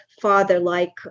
father-like